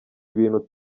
ibintu